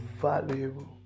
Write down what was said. valuable